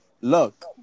Look